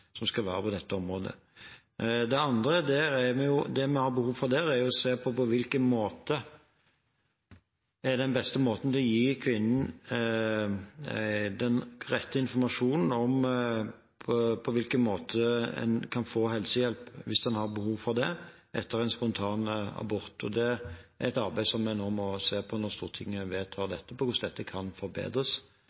det gjelder det andre, er hva som er den beste måten for å gi kvinnen den rette informasjonen om hvordan en kan få helsehjelp hvis en etter en spontanabort har behov for det. Det er et arbeid som vi må se på når Stortinget har vedtatt dette – hvordan dette kan forbedres.